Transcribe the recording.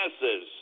masses